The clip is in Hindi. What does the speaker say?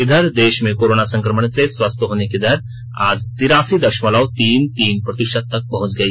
इधर देश में कोरोना संक्रमण से स्वस्थ होने की दर आज तिरासी दशमलव तीन तीन प्रतिशत तक पहुंच गई